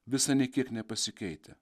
visa nė kiek nepasikeitę